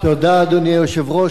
אדוני היושב-ראש,